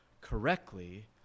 correctly